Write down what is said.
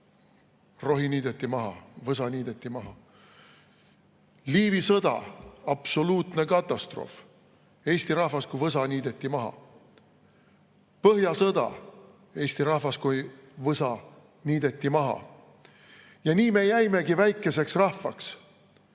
rohi niideti maha, võsa niideti maha. Liivi sõda, absoluutne katastroof, Eesti rahvas kui võsa niideti maha. Põhjasõda, Eesti rahvas kui võsa niideti maha. Ja nii me jäimegi väikeseks rahvaks,